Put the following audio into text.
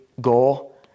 goal